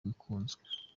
gikunzwe